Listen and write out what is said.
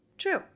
true